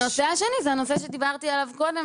הנושא השני זה הנושא שדיברתי עליו קודם